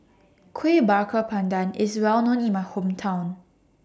Kueh Bakar Pandan IS Well known in My Hometown